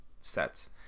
sets